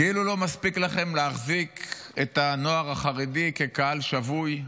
כאילו לא מספיק לכם להחזיק את הנוער החרדי כקהל שבוי,